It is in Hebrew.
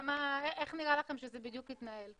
איך נראה לכם שזה בדיוק יתנהל?